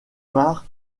mare